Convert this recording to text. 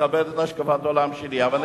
תכבד את השקפת העולם שלי, אתה לא מכבד את שלי.